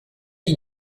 die